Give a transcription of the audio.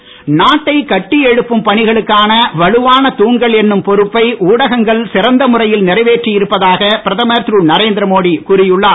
மீண்டும் தலைப்புச் செய்திகள் நாட்டை கட்டி எழுப்பும் பணிகளுக்கான வலுவான தூண்கள் என்னும் பொறுப்பை ஊடகங்கள் சிறந்த முறையில் நிறைவேற்றி இருப்பதாக பிரதமர் திரு நரேந்திரமோடி கூறியுள்ளார்